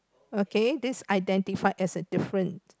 okay this identified as a different